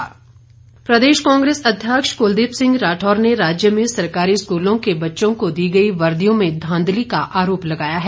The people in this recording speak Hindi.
कांग्रेस प्रदेश कांग्रेस अध्यक्ष कलदीप सिंह राठौर ने राज्य में सरकारी स्कूलों के बच्चों को दी गई वर्दियों में धांधली का आरोप लगाया है